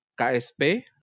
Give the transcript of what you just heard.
KSP